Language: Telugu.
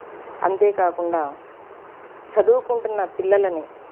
అంతేకాకుండా చదువుకుంటున్న పిల్లలని